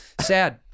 Sad